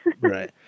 Right